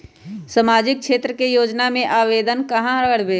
सामाजिक क्षेत्र के योजना में आवेदन कहाँ करवे?